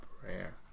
Prayer